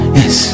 yes